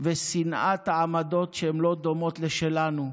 ושנאת העמדות שהן לא דומות לשלנו.